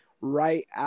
right